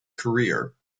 career